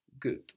Good